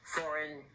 foreign